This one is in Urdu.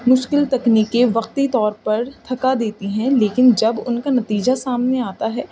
مشکل تکنیکیں وقتی طور پر تھکا دیتی ہیں لیکن جب ان کا نتیجہ سامنے آتا ہے